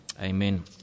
Amen